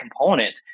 component